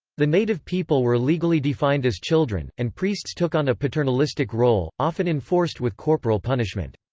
the native people were legally defined as children, and priests took on a paternalistic role, often enforced with corporal punishment.